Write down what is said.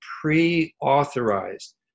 pre-authorized